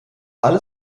alle